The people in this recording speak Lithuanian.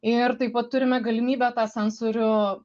ir taip pat turime galimybę tą sensorių